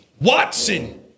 Watson